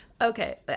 okay